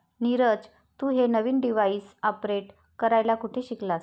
नीरज, तू हे नवीन डिव्हाइस ऑपरेट करायला कुठे शिकलास?